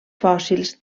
fòssils